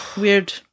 weird